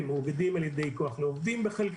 בחלקם מאוגדים על-ידי כוח לעובדים.